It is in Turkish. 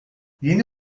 yeni